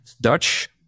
Dutch